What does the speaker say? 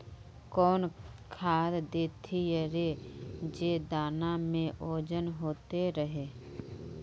कौन खाद देथियेरे जे दाना में ओजन होते रेह?